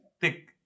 thick